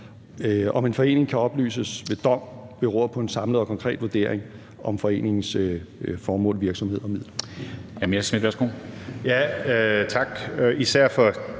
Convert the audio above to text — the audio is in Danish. Om en forening kan opløses ved dom, beror på en samlet og konkret vurdering om foreningens formål, virksomhed og midler.